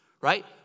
right